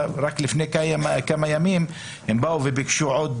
רק לפני כמה ימים הם באו וביקשו עוד